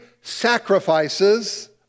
sacrifices